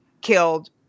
killed